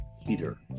heater